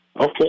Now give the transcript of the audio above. Okay